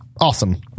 awesome